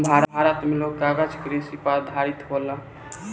भारत मे लोग कागज कृषि पर आधारित होला